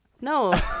No